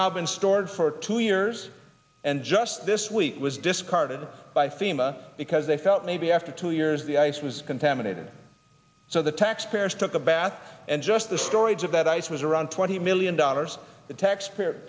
now been stored for two years and just this week was discarded by fema because they felt maybe after two years the ice was contaminated so the taxpayers took a bath and just the storage of that ice was around twenty million dollars the taxpayer